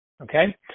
okay